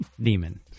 demon